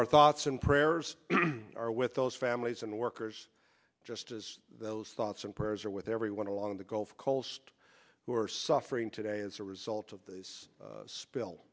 our thoughts and prayers are with those families and the workers just as those thoughts and prayers are with everyone along the gulf coast who are suffering today as a result of this spill